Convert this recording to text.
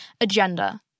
agenda